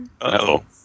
Hello